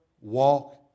walk